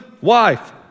wife